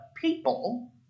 people